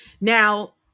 Now